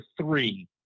three